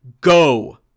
Go